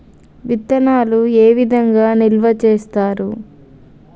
విత్తనాలు ఏ విధంగా నిల్వ చేస్తారు?